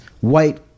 white